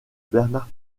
bernard